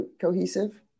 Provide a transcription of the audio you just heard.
cohesive